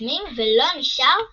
קוסמים ולא נשאר בהוגוורטס.